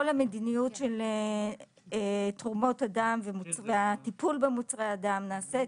כל המדיניות של תרומות הדם ושל הטיפול במוצרי הדם נעשית